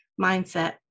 mindset